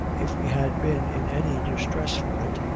if we had been in any distress for it,